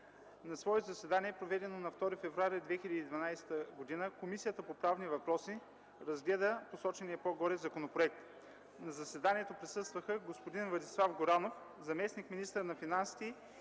На свое заседание, проведено на 2 февруари 2012 г., Комисията по правни въпроси разгледа посочения законопроект. На заседанието присъстваха: господин Владислав Горанов – заместник-министър на финансите,